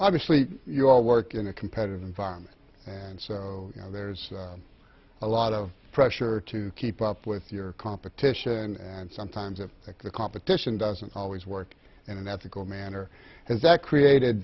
obviously you all work in a competitive environment and so there's a lot of pressure to keep up with your competition and sometimes of the competition doesn't always work in an ethical manner because that created